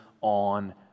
on